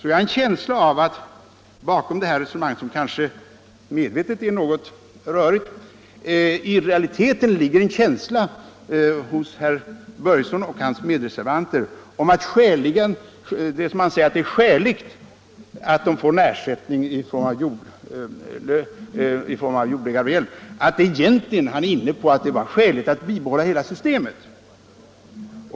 Jag misstänker att bakom det här resonemanget, som kanske medvetet är något rörigt, i realiteten ligger en känsla hos herr Börjesson i Glömminge och hans medreservanter, när de talar om att det är skäligt med ersättning i form av jordägaravgäld, av att det egentligen vore skäligt att bibehålla hela systemet.